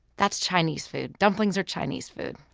that's chinese food. dumplings are chinese food.